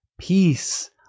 peace